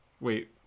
Wait